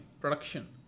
production